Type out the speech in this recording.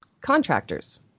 contractors